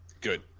Good